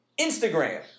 Instagram